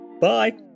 Bye